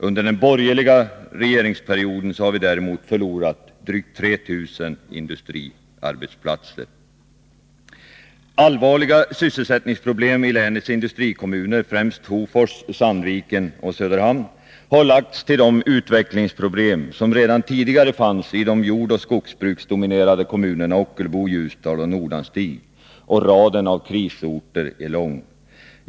Under den borgerliga regeringsperioden har vi däremot förlorat drygt 3 000 industriarbetsplatser. Allvarliga sysselsättningsproblem i länets industrikommuner, främst Hofors, Sandviken och Söderhamn, har lagts till de utvecklingsproblem som redan tidigare fanns i de jordoch skogsbruksdominerade kommunerna Ockelbo, Ljusdal och Nordanstig. Raden av krisorter är lång.